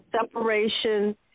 separation